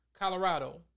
Colorado